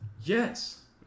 Yes